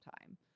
time